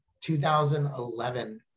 2011